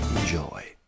Enjoy